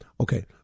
Okay